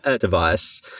device